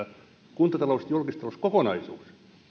kuntatalous julkisen talouden kokonaisuudessa